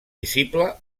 visible